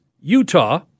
Utah